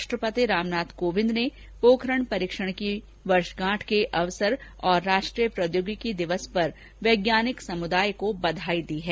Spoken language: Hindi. राष्ट्रपति रामनाथ कोविंद ने के पोखरण परीक्षण की वर्षगांठ के अवसर और राष्ट्रीय प्रौद्योगिकी दिवस पर वैज्ञानिक समुदाय को बधाई दी है